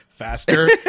Faster